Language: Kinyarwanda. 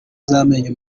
z’amenyo